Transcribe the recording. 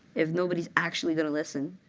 if nobody's actually going to listen.